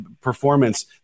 performance